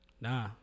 Nah